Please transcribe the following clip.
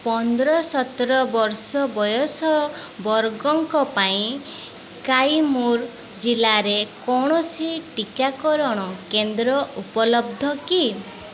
ପନ୍ଦର ସତର ବର୍ଷ ବୟସ ବର୍ଗଙ୍କ ପାଇଁ କାଇମୁର ଜିଲ୍ଲାରେ କୌଣସି ଟିକାକରଣ କେନ୍ଦ୍ର ଉପଲବ୍ଧ କି